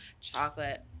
Chocolate